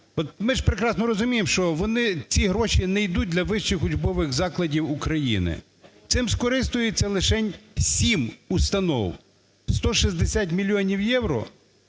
Ми ж прекрасно розуміємо, що вони, ці гроші не йдуть для вищих учбових закладів України. Цим скористаються лише 7 установ. 160 мільйонів євро